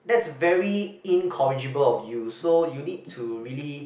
that's very incorrigible of you so you need to really